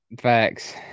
facts